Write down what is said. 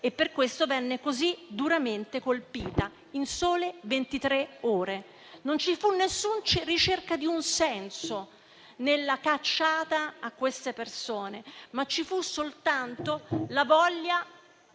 e per questo venne così duramente colpita, in sole ventitré ore. Non ci fu alcuna ricerca di un senso nella caccia a quelle persone, ma ci furono soltanto la voglia